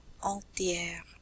entière